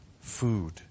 food